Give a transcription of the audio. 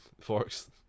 Forks